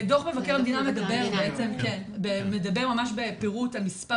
דוח מבקר המדינה מדבר ממש בפירוט על מספר